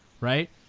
right